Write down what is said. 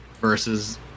versus